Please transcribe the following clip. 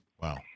Wow